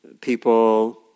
people